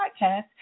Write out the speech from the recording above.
podcast